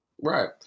Right